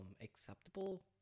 acceptable